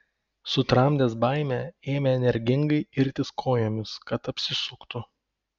sutramdęs baimę ėmė energingai irtis kojomis kad apsisuktų